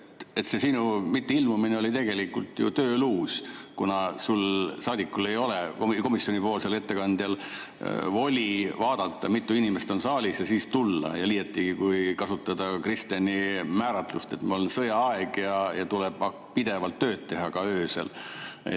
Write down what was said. et see sinu mitteilmumine oli tegelikult ju tööluus, kuna saadikul, komisjoni ettekandjal ei ole voli vaadata, mitu inimest on saalis, ja siis tulla, liiatigi, kui kasutada Kristeni määratlust, et on sõjaaeg ja tuleb pidevalt tööd teha, ka öösel.